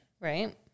Right